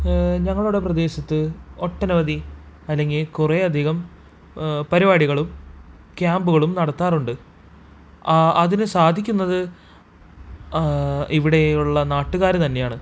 ഞങ്ങളുടെ പ്രദേശത്ത് ഒട്ടനവധി അല്ലെങ്കിൽ കുറേയധികം പരിപാടികളും ക്യാമ്പുകളും നടത്താറുണ്ട് അതിന് സാധിക്കുന്നത് ഇവിടെയുള്ള നാട്ടുകാർ തന്നെയാണ്